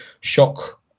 shock